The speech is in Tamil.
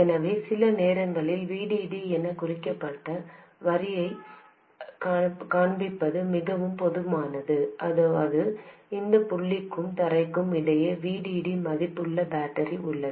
எனவே சில நேரங்களில் VDD எனக் குறிக்கப்பட்ட வரியைக் காண்பிப்பது மிகவும் பொதுவானது அதாவது இந்த புள்ளிக்கும் தரைக்கும் இடையே VDD மதிப்புள்ள பேட்டரி உள்ளது